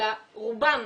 אלא רובם.